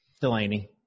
Delaney